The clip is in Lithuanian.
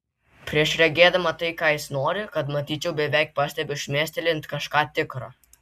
prieš regėdama tai ką jis nori kad matyčiau beveik pastebiu šmėstelint kažką tikra